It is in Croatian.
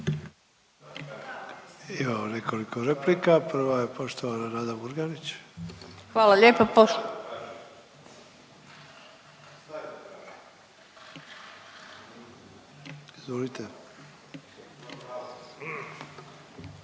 Imamo nekoliko replika. Prva je poštovana Nada Murganić. Izvolite.